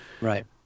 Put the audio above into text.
Right